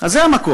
אז זה המקום.